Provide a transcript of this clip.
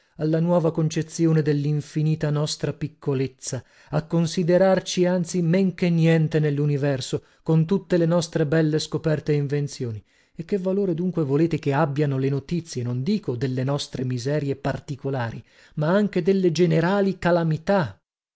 alla nuova concezione dellinfinita nostra piccolezza a considerarci anzi men che niente nelluniverso con tutte le nostre belle scoperte e invenzioni e che valore dunque volete che abbiano le notizie non dico delle nostre miserie particolari ma anche delle generali calamità